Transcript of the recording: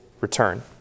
return